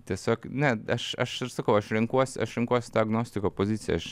tiesiog ne aš aš ir sakau aš renkuosi aš renkuosi tą agnostiko pozicija aš